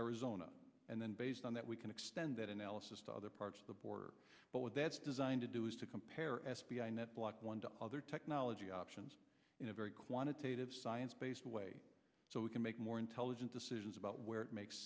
arizona and then based on that we can extend that analysis to other parts of the border but what that's designed to do is to compare s p i net block one to other technology options in a very quantitative science based way so we can make more intelligent decisions about where it makes